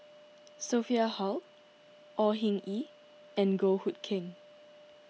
Sophia Hull Au Hing Yee and Goh Hood Keng